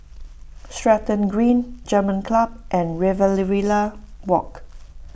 Stratton Green German Club and Riverina Walk